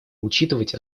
учитывать